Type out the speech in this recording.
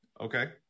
Okay